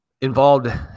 Involved